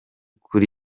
kure